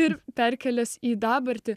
ir perkėlęs į dabartį